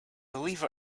believe